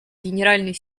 генеральный